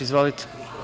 Izvolite.